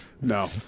No